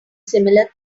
similar